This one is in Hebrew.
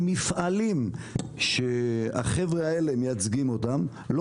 המפעלים שהחבר'ה האלה מייצגים אותם לא